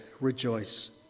rejoice